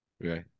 Right